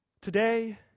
Today